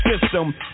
system